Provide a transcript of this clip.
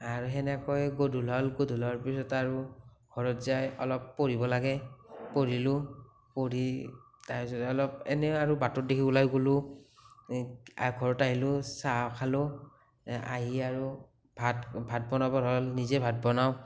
আৰু হেনেকৈ গধূলা গধূলাৰ পিছত আৰু ঘৰত যাই অলপ পঢ়িব লাগে পঢ়িলো পঢ়ি তাৰপিছতে অলপ এনেও আৰু বাটৰ দিশে ওলাই গ'লো ঘৰত আহিলোঁ চাহ খালোঁ আহি আৰু ভাত ভাত বনাবৰ হ'ল নিজে ভাত বনাওঁ